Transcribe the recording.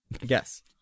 Yes